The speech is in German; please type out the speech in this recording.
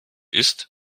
ist